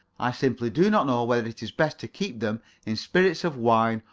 i simply do not know whether it is best to keep them in spirits of wine,